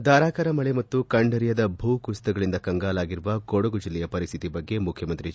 ಧಾರಕಾರ ಮಳೆ ಮತ್ತು ಕಂಡರಿಯದ ಭೂಕುಸಿತಗಳಿಂದ ಕಂಗಾಲಾಗಿರುವ ಕೊಡಗು ಜಿಲ್ಲೆಯ ಪರಿಸ್ಥಿತಿ ಬಗ್ಗೆ ಮುಖ್ಯಮಂತ್ರಿ ಎಚ್